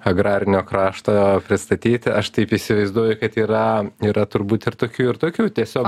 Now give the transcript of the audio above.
agrarinio krašto pristatyti aš taip įsivaizduoju kad yra yra turbūt ir tokių ir tokių tiesiog